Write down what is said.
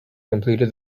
completed